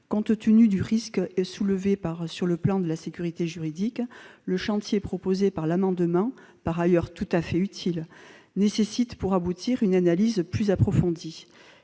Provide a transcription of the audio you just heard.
Compte tenu du risque posé en termes de sécurité juridique, le chantier proposé par les auteurs de cet amendement, par ailleurs tout à fait utile, nécessite, pour aboutir, une analyse plus approfondie.